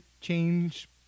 change